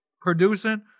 producing